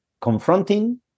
confronting